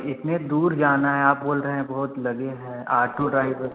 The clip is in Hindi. इतनी दूर जाना है आप बोल रहे हैं बहुत लगे हैं ऑटो ड्राइवर